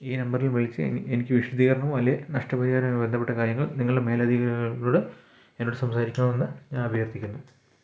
ഈ നമ്പറിൽ വിളിച്ച് എനിക്ക് വിശദീകരണമോ അല്ലെങ്കിൽ നഷ്ടപരിഹാരങ്ങളുമായി ബന്ധപ്പെട്ട കാര്യങ്ങൾ നിങ്ങളുടെ മേലാധികാരികളോട് എന്നോട് സംസാരിക്കണം എന്ന് ഞാൻ അഭ്യർത്ഥിക്കുന്നു